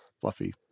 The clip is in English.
fluffy